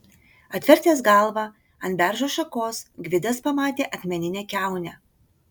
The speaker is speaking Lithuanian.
atvertęs galvą ant beržo šakos gvidas pamatė akmeninę kiaunę